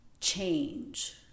change